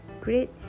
great